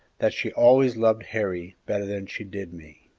that she always loved harry better than she did me.